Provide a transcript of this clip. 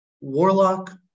Warlock